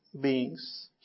beings